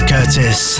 Curtis